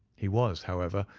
he was, however,